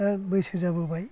बैसो जाबोबाय